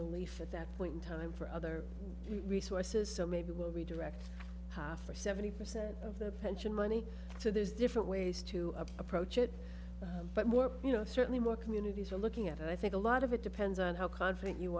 relief at that point in time for other resources so maybe we'll be direct half or seventy percent of their pension money so there's different ways to approach it but more you know certainly more communities are looking at a i think a lot of it depends on how confident you